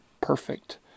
perfect